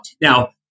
Now